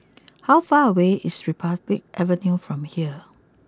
how far away is Republic Avenue from here